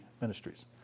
Ministries